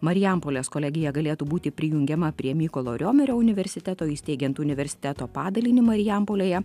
marijampolės kolegija galėtų būti prijungiama prie mykolo riomerio universiteto įsteigiant universiteto padaliniu marijampolėje